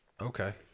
Okay